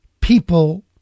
people